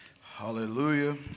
Hallelujah